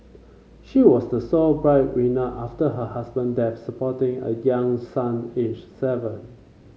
she was the sole breadwinner after her husband death supporting a young son aged seven